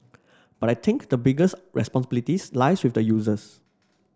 but I think the biggest responsibilities lies with the users